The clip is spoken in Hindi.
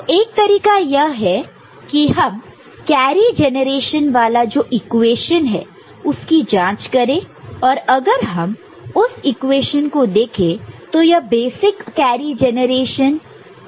तो एक तरीका यह है कि हम कैरी जनरेशन वाला जो इक्वेशन है उसकी जांच करें और अगर हम उस इक्वेशन को देखें तो यह बेसिक कैरी जनरेशन इक्वेशन है